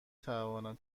توانم